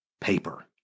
paper